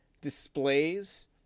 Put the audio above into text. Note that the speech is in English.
displays